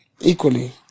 Equally